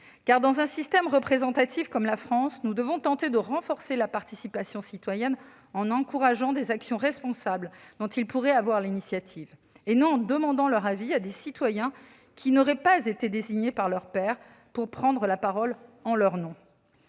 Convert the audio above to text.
Dans un système représentatif comme celui de la France, nous devons tenter de renforcer la participation citoyenne en encourageant des actions responsables, dont nos compatriotes pourraient avoir l'initiative, et non en demandant leur avis à des citoyens qui n'ont pas été désignés par leurs pairs pour prendre la parole en leur nom.